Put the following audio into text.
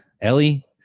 Ellie